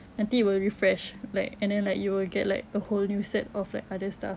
nanti it will refresh like and then like you will get like a whole new set of like other stuff